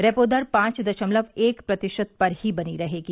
repo दर पांच दशमलव एक पांच प्रतिशत पर ही बनी रहेगी